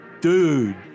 dude